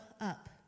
up